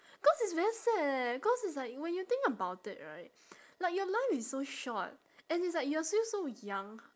cause it's very sad eh cause it's like when you think about it right like your life is so short and it's like you are still so young